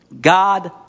God